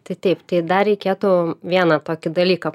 tai taip tai dar reikėtų vieną tokį dalyką